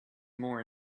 more